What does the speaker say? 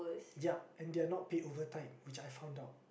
ya and they are not paid overtime which I found out